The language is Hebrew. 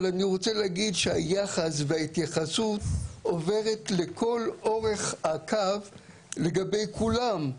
אבל אני רוצה להגיד שהיחס וההתייחסות עוברת לכל האורך לגבי כולם,